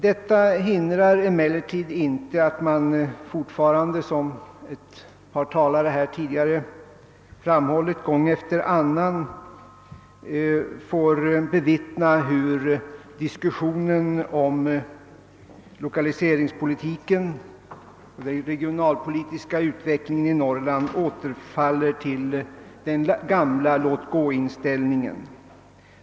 Detta hindrar emellertid inte att man fortfarande såsom ett par talare här tidigare framhållit gång efter annan får bevittna hur diskussionen om <lokaliseringspolitiken, den regionalpolitiska utvecklingen i Norrland, återfaller till den gamla låt gå-inställningen.